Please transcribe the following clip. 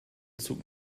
zug